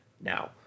Now